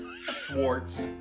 Schwartz